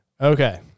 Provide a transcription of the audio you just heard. Okay